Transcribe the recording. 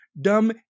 dumb